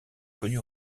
connus